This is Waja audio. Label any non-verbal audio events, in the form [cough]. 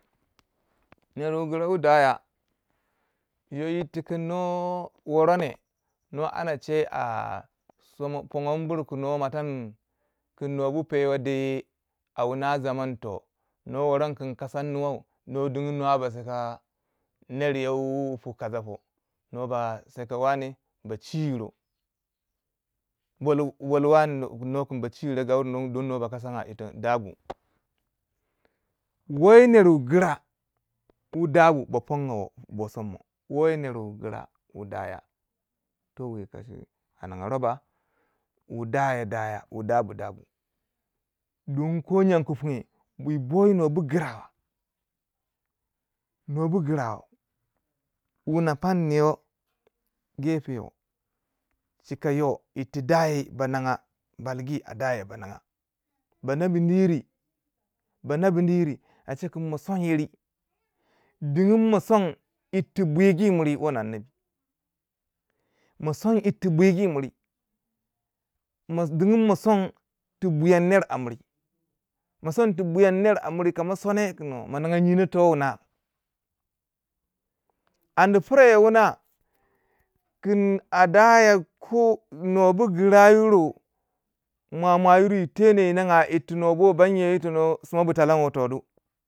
[noise] ner wu gira wudaya yo yir ti kin no worone no ana che a somo pongon buri ku nwo motan ku nwo bu pewa di a wuna zamn toh nwo worung kin kasungu nuwau no digin nwo ba seka neryo wu pu kasa wo nwo ba seka waneh ba chiyiro. bol bol waneh nwo kun ba chiyiro gaure ba kasanga yito da bu. woyi ner wu gira wu da bu ba pon wo bo som mo, woyi ner wu gura wu daya towi kashi, a ninga ro ba wu daya daya wu dabu dabu don ko nyanku punye woyi nwo bu girawa nwo bu gira wu na panni yo gefe yo chika yo yir ti daya ba naga a balgi a daya ba ninga banabi ni yiri, ba nabi ni yiri a che kun mo son yiri dining mo son yirti bwuigi muri wan anabi mo son irti bwuigi muri, mo dining mo son tu buyan ner a miri mo son tu buyan ner a miri kama son kun toh mo ninga nyino to wuna andi pira yo wuna kin a daya ku nwo bu gira yiro mwamwa yiru yi tene yi ninga yirti na bo banye yi tono sima bu talan wo to du.